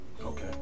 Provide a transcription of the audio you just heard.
Okay